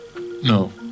No